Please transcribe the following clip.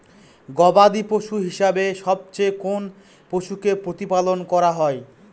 গবাদী পশু হিসেবে সবচেয়ে কোন পশুকে প্রতিপালন করা হয়?